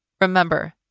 Remember